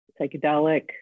psychedelic